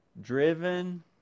driven